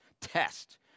test